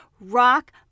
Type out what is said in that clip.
Rock